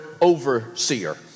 overseer